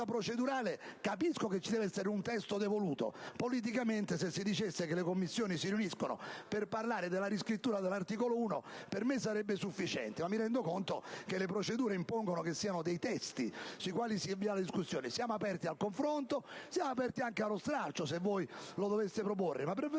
procedurale capisco che ci debba essere un testo devoluto: politicamente, se si dicesse che le Commissioni si riuniscono per parlare della riscrittura dell'articolo 1 per me sarebbe sufficiente, ma mi rendo conto che le procedure impongono che vi siano dei testi, sui quali si avvia la discussione. Siamo aperti al confronto, e anche allo stralcio, se voi lo doveste proporre, ma preferiremmo